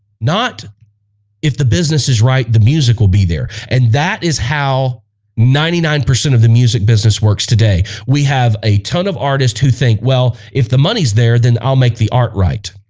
not if the business is right the music will be there and that is how ninety nine percent of the music business works today we have a ton of artists who think well if the money's there then i'll make the art, right?